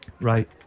Right